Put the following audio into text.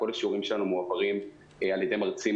כל השיעורים שלנו מועברים על-ידי מרצים